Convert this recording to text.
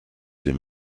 him